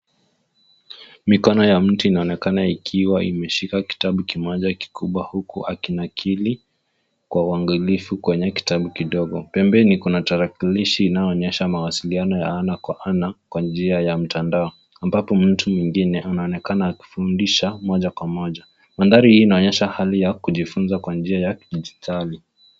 Mikono ya mtu inaonekana ikiwa imeshika kitabu kimoja kikubwa huku akinakili kwa uangalifu kwenye kitabu kidogo. Pembeni kuna tarakilishi inayoonyesha mawasiliano ya ana kwa ana kwa njia ya mtandao; ambapo mtu mwingine anaonekana akifundisha moja kwa moja. Mandhari hii inaonyesha hali ya kujifunza kwa njia ya kidijitali.